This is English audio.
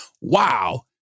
wow